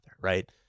Right